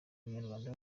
munyarwanda